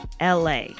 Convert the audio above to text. LA